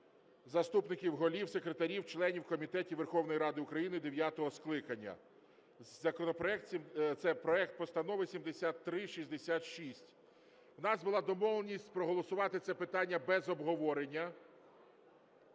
заступників голів, секретарів, членів комітетів Верховної Ради України дев'ятого скликання". Законопроект… це проект Постанови 7366. У нас була домовленість проголосувати це питання без обговорення